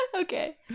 okay